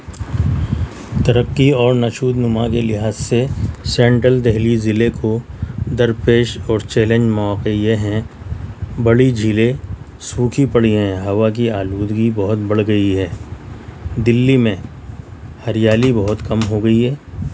ترقی اور نشو و نما کے لحاظ سے سینٹرل دہلی ضلع کو درپیش اور چلینج مواقع یہ ہیں بڑی جھیلیں سوکھی پڑی ہیں ہوا کی آلودگی بہت بڑھ گئی ہے دلی میں ہریالی بہت کم ہو گئی ہے